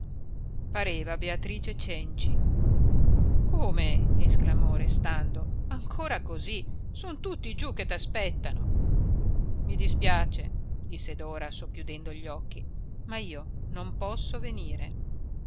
pareva beatrice cenci come esclamò restando ancora così son tutti giù che t aspettano i dispiace disse dora socchiudendo gli occhi ma io non posso venire